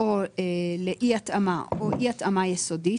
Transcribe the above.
או לאי התאמה או אי התאמה יסודית,